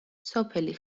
სოფელი